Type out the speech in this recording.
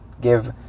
give